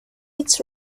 its